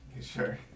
sure